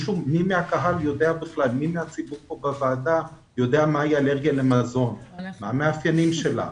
האם מישהו בקהל פה יודע מהי אלרגיה למזון ומה המאפיינים שלה,